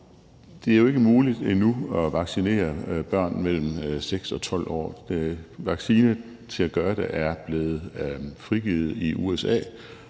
Det er jo ikke muligt endnu at vaccinere børn mellem 6 og 12 år. Vaccinen til at gøre det er blevet frigivet i USA,